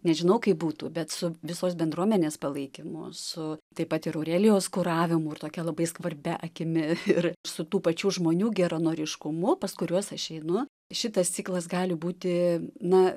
nežinau kaip būtų bet su visos bendruomenės palaikymu su taip pat ir aurelijos kuravimu ir tokia labai skvarbia akimi ir su tų pačių žmonių geranoriškumu pas kuriuos aš einu šitas ciklas gali būti na